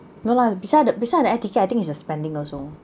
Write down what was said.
no lah beside the beside the air ticket I think it's the spending also